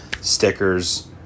stickers